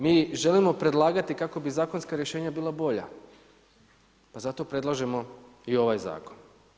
Mi želimo predlagati kako bi zakonska rješenja bila bolja pa zato predlažemo i ovaj zakon.